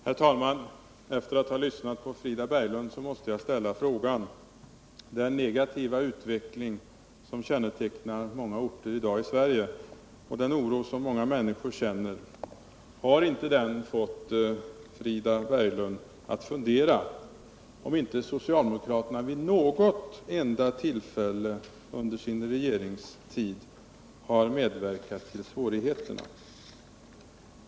Herr talman! Efter att ha lyssnat på Frida Berglund måste jag ställa frågan: Den negativa utveckling som kännetecknar många orter i Sverige i dag och den oro som många människor känner, har inte den fått Frida Berglund att fundera över om inte socialdemokraterna vid något enda tillfälle under sin regeringstid har medverkat till svårigheterna?